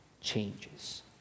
changes